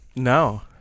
No